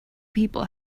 people